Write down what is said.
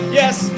yes